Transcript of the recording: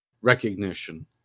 recognition